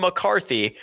McCarthy